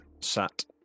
sat